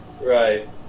Right